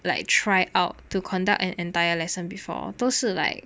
like try out to conduct an entire lesson before 都是 like